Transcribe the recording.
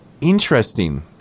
interesting